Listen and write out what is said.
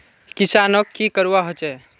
किसानोक की करवा होचे?